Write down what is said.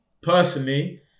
personally